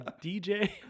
dj